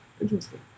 interesting